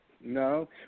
no